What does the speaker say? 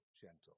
gentle